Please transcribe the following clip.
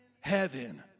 heaven